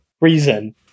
reason